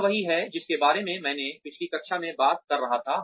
यह वही है जिसके बारे में मैं पिछली कक्षा में बात कर रहा था